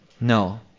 No